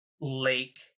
lake